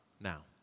now